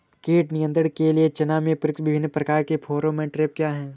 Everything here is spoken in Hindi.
कीट नियंत्रण के लिए चना में प्रयुक्त विभिन्न प्रकार के फेरोमोन ट्रैप क्या है?